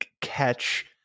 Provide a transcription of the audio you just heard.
catch